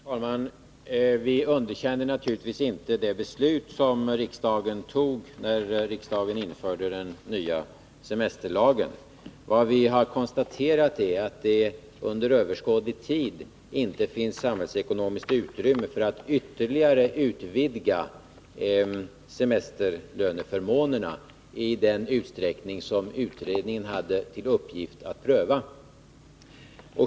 Herr talman! Vi underkänner naturligtvis inte det beslut som riksdagen fattade när riksdagen införde den nya semesterlagen. Vad vi har konstaterat är att det under överskådlig tid inte finns samhällsekonomiskt utrymme för att ytterligare utvidga semesterlöneförmånerna i den utsträckning som utredningen hade till uppgift att pröva.